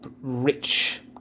rich